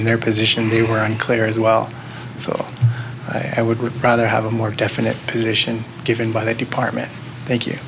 in their position they were unclear as well so i would rather have a more definite position given by that department thank you